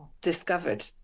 discovered